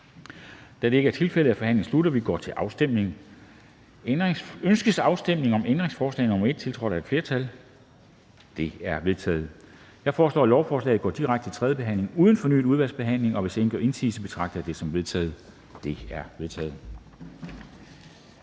eller imod stemte 0. Ændringsforslaget er forkastet. Ønskes afstemning om ændringsforslag nr. 15-19, tiltrådt af udvalget? De er vedtaget. Jeg foreslår, at lovforslaget går direkte til tredje behandling uden fornyet udvalgsbehandling. Hvis ingen gør indsigelse, betragter jeg dette som vedtaget. Det er vedtaget.